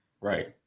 right